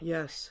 Yes